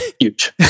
Huge